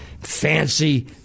fancy